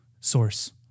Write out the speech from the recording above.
source